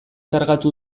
kargatu